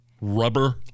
Rubber